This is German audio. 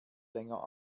länger